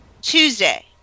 Tuesday